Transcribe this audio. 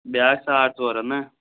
بیٛاکھ ساڑ ژور ہَتھ نہ